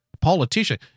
politician